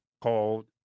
called